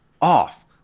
off